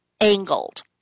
angled